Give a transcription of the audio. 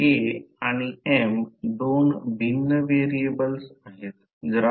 तर जेथे 0 r त्याला एपसॅल्यूट परमियाबिलिटी म्हणतात